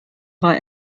war